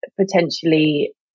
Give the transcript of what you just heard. potentially